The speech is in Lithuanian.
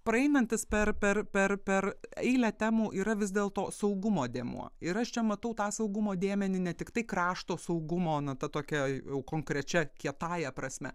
praeinantis per per per per eilę temų yra vis dėlto saugumo dėmuo ir aš čia matau tą saugumo dėmenį ne tiktai krašto saugumo na ta tokia jau konkrečia kietąja prasme